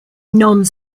not